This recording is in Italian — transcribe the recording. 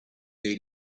dei